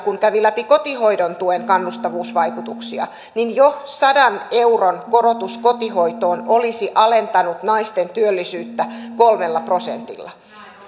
totesi kun kävi läpi kotihoidon tuen kannustavuusvaikutuksia että jo sadan euron korotus kotihoidon tukeen olisi alentanut naisten työllisyyttä kolmella prosentilla